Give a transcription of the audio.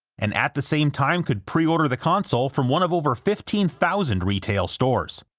and at the same time could pre-order the console from one of over fifteen thousand retail stores.